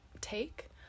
take